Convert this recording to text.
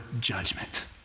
judgment